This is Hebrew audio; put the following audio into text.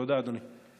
תודה, אדוני.